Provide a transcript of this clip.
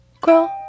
grow